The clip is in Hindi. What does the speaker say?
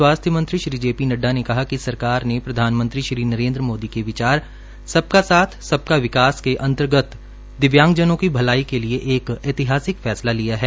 स्वास्थ्य मंत्री श्री जे पी नड्डा ने कहा कि सरकार ने प्रधानमंत्री श्री नरेन्द्र मोदी के विचार सबका साथ सबका विकास के अंतर्गत दविव्यांगजनों की भलाई के लिए एक ऐतिहासिक फैसला लिया है